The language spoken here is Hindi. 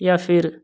या फिर